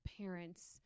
parents